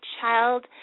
child